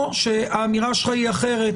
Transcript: או שהאמירה שלך היא אחרת,